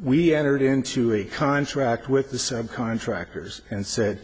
we entered into a contract with the subcontractors and said